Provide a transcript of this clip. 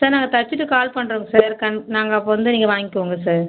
sir நாங்கள் தைச்சிட்டு call பண்ணுறோங்க சார் கன் நாங்கள் அப்போது வந்து நீங்கள் வாங்கிக்கோங்க சார்